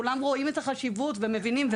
כולם רואים את החשיבות ומבינים,